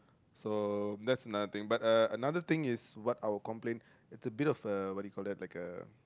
so that's another thing but uh another thing is what our complaint is a bit of uh what do you call that like a